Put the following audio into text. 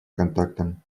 контактам